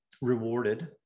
rewarded